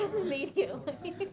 immediately